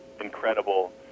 incredible